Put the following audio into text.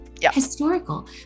Historical